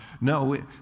No